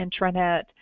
intranet